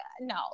no